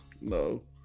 no